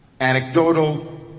Anecdotal